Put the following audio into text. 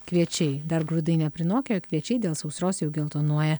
kviečiai dar grūdai neprinokę o kviečiai dėl sausros jau geltonuoja